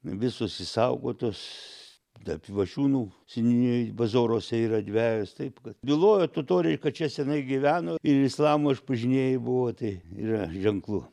visos išsaugotos da pivašiūnų seniūnijoj bazoruose yra dvejos taip kad bylojo totoriai kad čia senai gyveno ir islamo išpažinėjai buvo tai yra ženklų